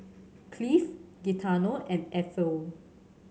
Cleve Gaetano and Ethyl